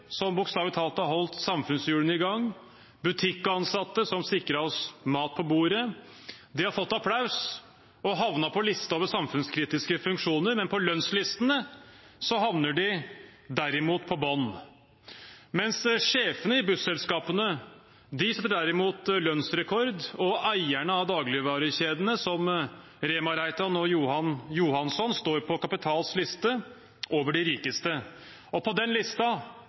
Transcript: har holdt samfunnshjulene i gang, butikkansatte som har sikret oss mat på bordet. De har fått applaus og har havnet på listen over samfunnskritiske funksjoner, men på lønnslistene havner de på bunnen. Sjefene i busselskapene setter derimot lønnsrekord, og eierne av dagligvarekjedene, som Rema-Reitan og Johan Johannson, står på Kapitals liste over de rikeste. På den